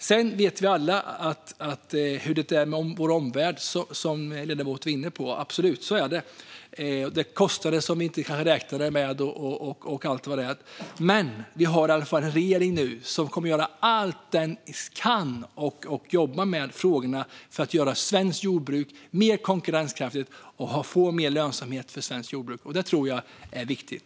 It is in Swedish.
Sedan vet vi alla hur det är med vår omvärld, som ledamoten var inne på. Det är kostnader som vi kanske inte räknade med och allt vad det är. Men vi har i alla fall nu en regering som kommer att göra allt den kan och som kommer att jobba med frågorna för att göra svenskt jordbruk mer konkurrenskraftigt och för att få mer lönsamhet för svenskt jordbruk. Det tror jag är viktigt.